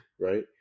right